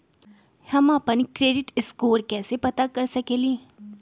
हम अपन credit score कैसे पता कर सकेली?